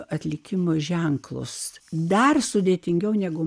atlikimo ženklus dar sudėtingiau negu